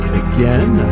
again